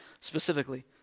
specifically